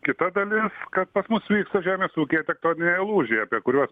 kita dalis kad pas mus vyksta žemės ūkyje tektoniniai lūžiai apie kuriuos